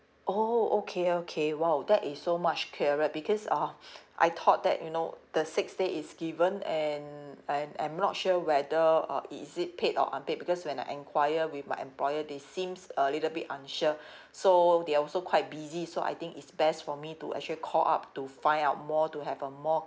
oh okay okay !wow! that is so much clearer because uh I thought that you know the six day is given and I'm I'm not sure whether uh is it paid or unpaid because when I enquire with my employer they seems a little bit unsure so they also quite busy so I think it's best for me to actually call up to find out more to have a more